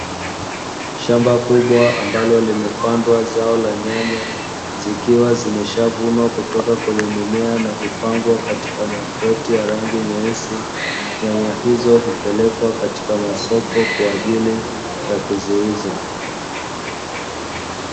Shamba kubwa ambalo limepandwa zao la nyanya zikiwa zimeshavunwa kutoka kwenye mimea na kupangwa katika makreti ya rangi nyeusi, nyanya hizo hupelekwa katika masoko kwa ajili ya kuziuza.